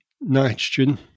nitrogen